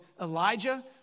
Elijah